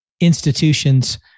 institutions